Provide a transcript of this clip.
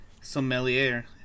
sommelier